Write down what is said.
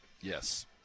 Yes